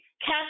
cast